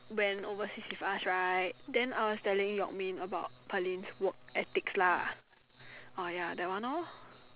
went overseas with us right then I was telling Yok-Min about Pearlyn's work ethnics lah orh ya that one lor